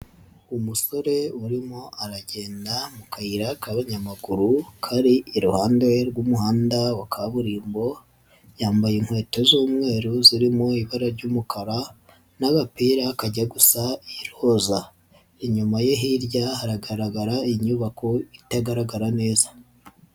Umusore urimo aragenda mu kayira k'abanyamaguru kari iruhande rw'umuhanda wa kaburimbo yambaye inkweto z'umweru zirimo ibara ry'umukara n'abapira kajya gusa iroza, inyuma ye hirya haragaragara inyubako itagaragara neza.